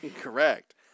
correct